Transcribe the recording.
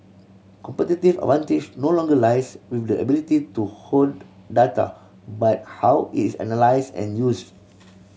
competitive advantage no longer lies with the ability to hoard data but how it's analysed and used